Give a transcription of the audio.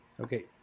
Okay